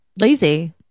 lazy